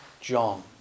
John